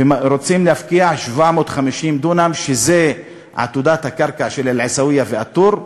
רוצים להפקיע 750 דונם כשזאת עתודת הקרקע של אל-עיסאוויה וא-טור.